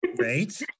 right